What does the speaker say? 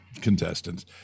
contestants